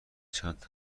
چند